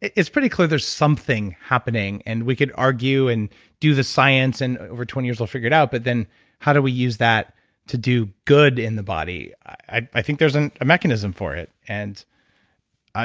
it's pretty clear there's something happening and we can argue and do the science and over twenty years, we'll figure it out. but then how do we use that to do good in the body? i think there's a mechanism for it and